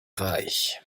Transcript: reich